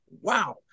Wow